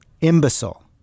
imbecile